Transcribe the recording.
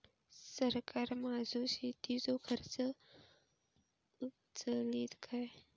सरकार माझो शेतीचो खर्च उचलीत काय?